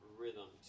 rhythm